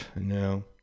no